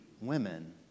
women